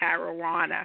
marijuana